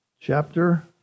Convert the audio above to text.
chapter